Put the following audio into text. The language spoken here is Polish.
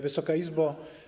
Wysoka Izbo!